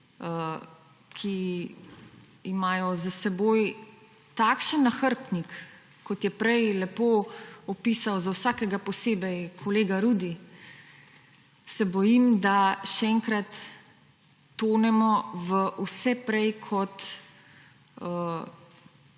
imajo za seboj takšen nahrbtnik, kot je prej lepo opisal za vsakega posebej kolega Rudi, se bojim, da še enkrat tonemo v vse prej kot